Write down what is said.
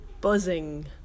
buzzing